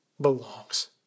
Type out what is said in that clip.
belongs